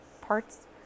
parts